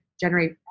generate